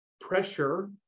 pressure